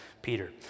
Peter